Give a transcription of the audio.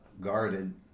guarded